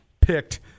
picked